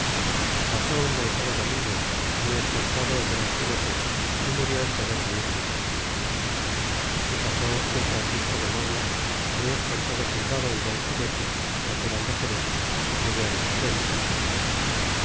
pasó un gonzalo dominguez muy esforzado y gran ginete y murió en poder de indios y pasó un francisco de molla muy esforzado soldado y buen ginete natural de xerez murió en las puentes